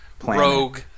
Rogue